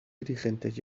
dirigentes